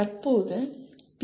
தற்போது பி